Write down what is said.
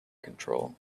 control